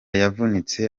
yavunitse